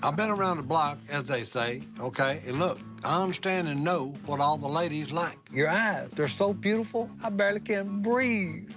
um been around the block as they say, okay, and look, i understand and know what all the ladies like. your eyes, they're so beautiful, i barely can breathe!